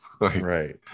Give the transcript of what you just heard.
right